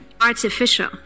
artificial